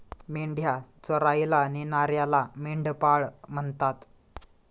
मेंढ्या चरायला नेणाऱ्याला मेंढपाळ म्हणतात